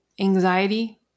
anxiety